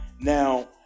Now